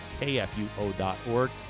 kfuo.org